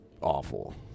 awful